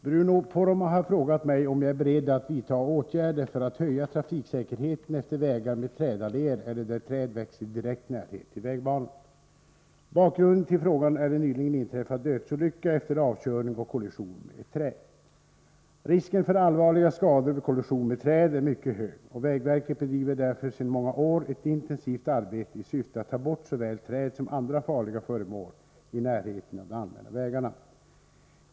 Fru talman! Bruno Poromaa har frågat mig om jag är beredd att vidta åtgärder för att höja trafiksäkerheten efter vägar med trädalléer eller där träd växer i direkt närhet av vägbanan. Bakgrunden till frågan är en nyligen inträffad dödsolycka efter avkörning och kollision med ett träd. Risken för allvarliga skador vid kollision med träd är mycket hög, och vägverket bedriver därför sedan många år ett intensivt arbete i syfte att ta bort såväl träd som andra farliga föremål i närheten av de allmänna vägarna.